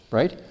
right